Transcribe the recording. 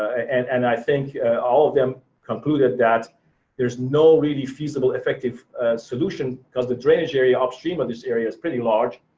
and and i think all of them concluded that there's no really feasible effective solution, cuz the drainage area upstream of this area is pretty large.